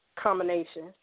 combination